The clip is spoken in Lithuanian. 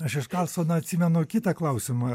aš iš karlsona atsimenu kitą klausimą